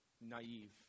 naive